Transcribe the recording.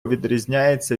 відрізняється